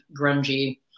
grungy